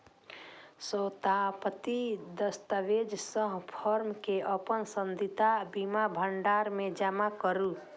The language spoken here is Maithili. स्वसत्यापित दस्तावेजक संग फॉर्म कें अपन पसंदीदा बीमा भंडार मे जमा करू